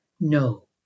No